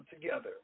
together